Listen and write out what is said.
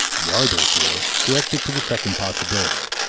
we are, therefore, directed to the second possibility,